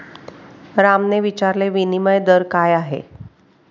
रामने विचारले, विनिमय दर काय आहे?